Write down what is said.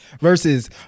versus